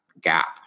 gap